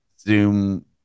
zoom